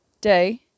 Day